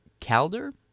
Calder